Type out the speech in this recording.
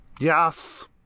Yes